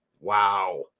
Wow